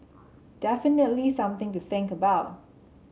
definitely something to think about